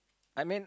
I mean